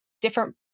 different